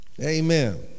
Amen